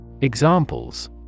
Examples